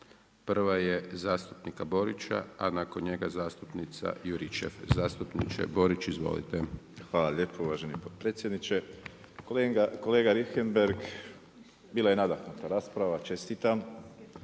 Prva je zastupnika Borića, a nakon njega zastupnica Juričev. Zastupniče Borić izvolite. **Borić, Josip (HDZ)** Hvala lijepo uvaženi potpredsjedniče. Kolega Richemberhg bila je nadahnuta rasprava, čestitam.